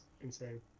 insane